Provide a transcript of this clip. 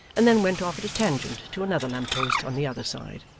and then went off at a tangent to another lamp-post on the other side.